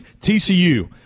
TCU